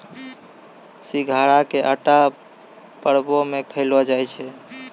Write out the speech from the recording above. सिघाड़ा के आटा परवो मे खयलो जाय छै